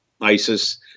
ISIS